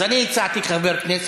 אז אני הצעתי, כחבר כנסת.